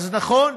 אז נכון,